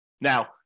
Now